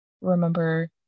remember